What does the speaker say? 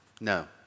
no